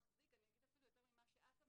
אני אגיד אפילו יותר ממה שאת אמרת.